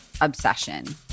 obsession